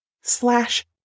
slash